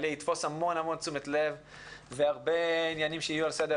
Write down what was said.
המון תשומת לב והרבה עניינים שיהיו על סדר-היום.